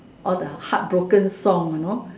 all the heartbroken song on nor